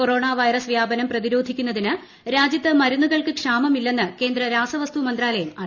corona virus വ്യാപ്പ്സ് പ്രതിരോധിക്കുന്നതിന് രാജ്യത്ത് മരുന്നുകൾക്ക് ക്ഷ്ടാമമില്ലെന്ന് കേന്ദ്ര രാസവസ്തു മന്ത്രാലയം അറിയിച്ചു